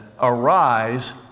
Arise